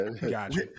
gotcha